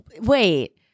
wait